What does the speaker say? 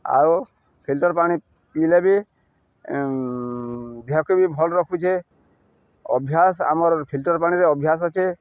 ଆଉ ଫିଲ୍ଟର ପାଣି ପିଇଲେ ବି ଦେହକେ ବି ଭଲ୍ ରଖୁଛେ ଅଭ୍ୟାସ ଆମର ଫିଲ୍ଟର ପାଣିରେ ଅଭ୍ୟାସ ଅଛେ